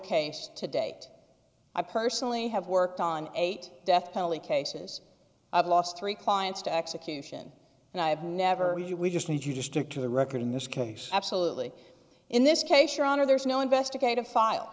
case to date i personally have worked on eight death penalty cases i've lost three clients to execution and i have never we just need you to stick to the record in this case absolutely in this case your honor there's no investigative file